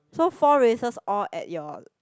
so four races all at your